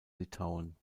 litauen